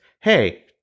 hey